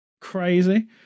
crazy